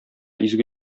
изге